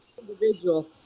individual